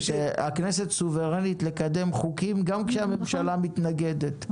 הכנסת סוברנית לקדם חוקים גם כשהממשלה מתנגדת,